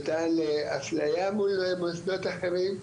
וטען לאפליה מול מוסדות אחרים,